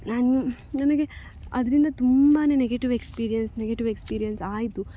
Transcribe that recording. ನಾನು ನನಗೆ ಅದರಿಂದ ತುಂಬಾ ನೆಗೆಟಿವ್ ಎಕ್ಸ್ಪೀರಿಯೆನ್ಸ್ ನೆಗೆಟಿವ್ ಎಕ್ಸ್ಪೀರಿಯೆನ್ಸ್ ಆಯಿತು